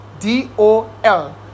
D-O-L